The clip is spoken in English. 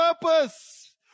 purpose